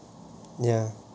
ya